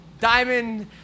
Diamond